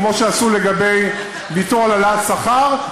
כמו שעשו לגבי ויתור על העלאת שכר,